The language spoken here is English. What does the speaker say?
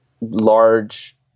large